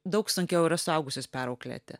daug sunkiau yra suaugusius perauklėti